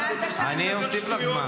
אני אוסיף לך זמן.